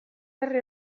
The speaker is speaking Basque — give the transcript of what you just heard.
herri